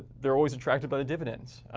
they're always attracted by the dividends.